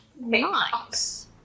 Nice